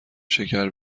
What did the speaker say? شکر